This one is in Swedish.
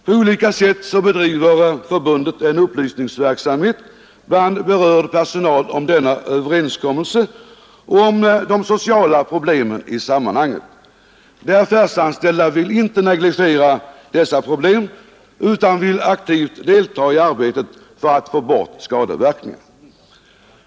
På olika sätt bedriver förbundet en upplysningsverksamhet bland berörd personal om denna överenskommelse och om de sociala problemen i sammanhanget. De affärsanställda vill inte negligera dessa problem, utan vill aktivt deltaga i arbetet för att få bort skadeverkningar.